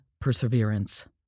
perseverance